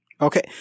Okay